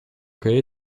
che